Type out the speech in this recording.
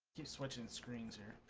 switching screens are